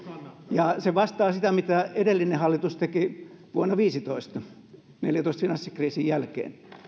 ja se vastaa sitä mitä edellinen hallitus teki vuonna viisitoista vuoden neljätoista finanssikriisin jälkeen